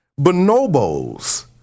Bonobos